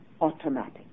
automatic